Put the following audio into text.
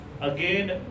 Again